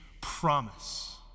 Promise